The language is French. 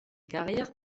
carrières